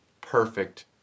perfect